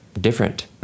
different